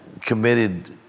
committed